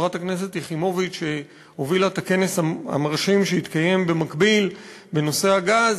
חברת הכנסת יחימוביץ הובילה את הכנס המרשים שהתקיים במקביל בנושא הגז.